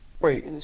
Wait